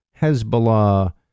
Hezbollah